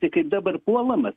tai kaip dabar puolamas